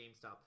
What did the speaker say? GameStop